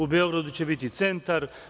U Beogradu će biti centar.